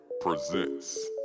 presents